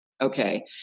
okay